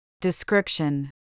Description